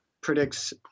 predicts